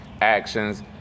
actions